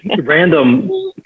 random